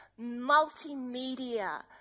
multimedia